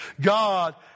God